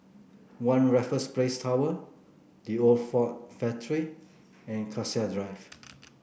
One Raffles Place Tower The Old Ford Factory and Cassia Drive